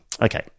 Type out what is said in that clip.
Okay